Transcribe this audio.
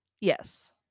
yes